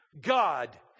God